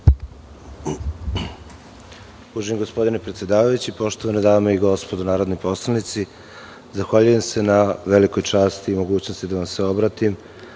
Uvaženi gospodine predsedavajući, poštovane dame i gospodo narodni poslanici, zahvaljujem se na velikoj časti i mogućnosti da vam se obratim,